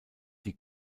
die